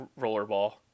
Rollerball